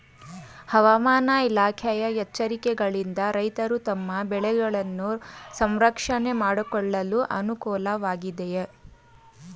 ಹವಾಮಾನ ಇಲಾಖೆಯ ಎಚ್ಚರಿಕೆಗಳಿಂದ ರೈತರು ತಮ್ಮ ಬೆಳೆಗಳನ್ನು ಸಂರಕ್ಷಣೆ ಮಾಡಿಕೊಳ್ಳಲು ಅನುಕೂಲ ವಾಗಿದೆಯೇ?